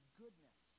goodness